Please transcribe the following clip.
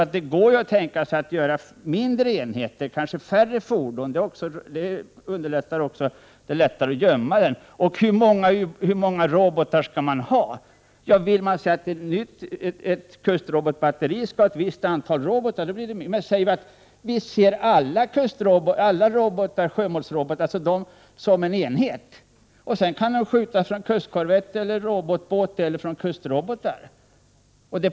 Man kan nämligen tänka sig att göra mindre enheter — kanske färre fordon. Det underlättar också därigenom att det är lättare att gömma dem. Och hur många robotar skall man ha? Vill man säga att ett kustrobotbatteri skall ha ett visst antal robotar? Men vi kan se alla sjömålsrobotar som en enhet, och sedan kan man skjuta från kustkorvett, från robotbåt eller från kustrobot.